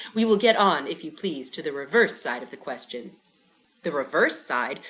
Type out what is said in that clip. we will get on, if you please, to the reverse side of the question the reverse side!